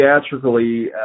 theatrically